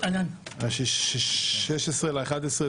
16 בנובמבר,